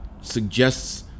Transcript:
suggests